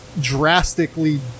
drastically